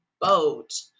boat